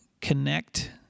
connect